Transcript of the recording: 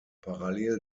parallel